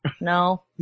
No